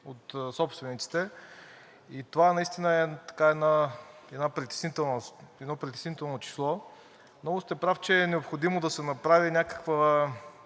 от собствениците и това наистина е притеснително число. Много сте прав, че е необходимо да се направи някаква